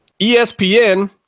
ESPN